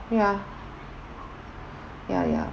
ya ya ya